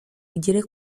igere